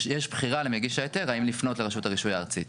יש בחירה למגיש ההיתר האם לפנות לרשות הרישוי הארצית,